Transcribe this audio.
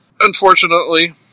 unfortunately